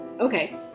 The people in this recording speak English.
Okay